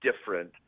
different